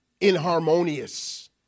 inharmonious